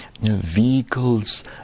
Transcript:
vehicles